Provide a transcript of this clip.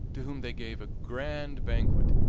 to whom they gave a grand banquet,